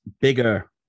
bigger